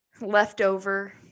leftover